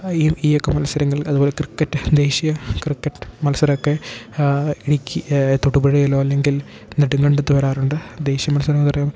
ഈ ഈയൊക്കെ മത്സരങ്ങൾ അതുപോലെ ക്രിക്കറ്റ് ദേശീയ ക്രിക്കറ്റ് മത്സരം ഒക്കെ ഇടുക്കി തൊടുപുഴയിലോ അല്ലെങ്കിൽ നെടുംങ്കണ്ടത്ത് വരാറുണ്ട് ദേശീയ മത്സരം എന്ന് പറയുമ്പം